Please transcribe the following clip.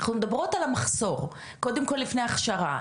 אנחנו מדברות על המחסור קודם כל לפני הכשרה,